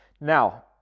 Now